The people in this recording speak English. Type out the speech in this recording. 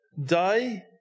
day